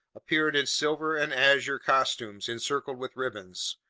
appeared in silver and azure costumes encircled with ribbons,